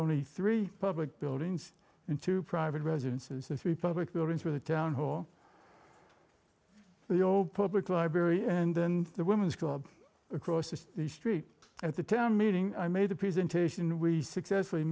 only three public buildings and two private residences and three public buildings with a town hall the old public library and then the woman's club across the street at the town meeting i made the presentation we successfully